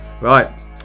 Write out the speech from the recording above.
Right